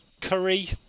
curry